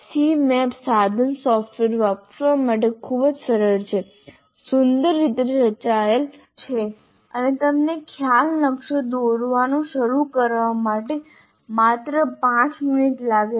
CMap સાધન software વાપરવા માટે ખૂબ જ સરળ છે સુંદર રીતે રચાયેલ છે અને તમને ખ્યાલ નકશો દોરવાનું શરૂ કરવા માટે માત્ર 5 મિનિટ લાગે છે